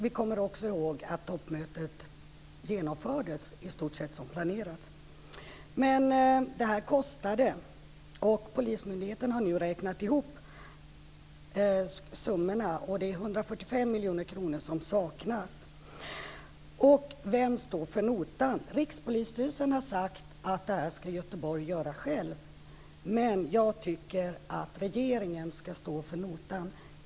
Vi kommer också ihåg att toppmötet genomfördes i stort sett som planerat. Men detta kostade. Polismyndigheten har nu räknat ihop summorna. 145 miljoner kronor saknas. Vem står för notan? Rikspolisstyrelsen har sagt att Göteborg ska göra det. Men jag tycker att regeringen ska stå för notan.